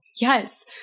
Yes